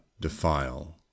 defile